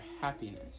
happiness